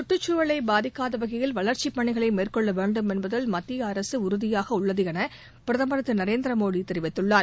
சுற்றுச்சூழலை பாதிக்காத வகையில் வளர்ச்சிப் பணிகளை மேற்கொள்ள வேண்டும் என்பதில் மத்திய அரசு உறுதியாக உள்ளது என பிரதமர் திரு நரேந்திர மோடி தெரிவித்துள்ளார்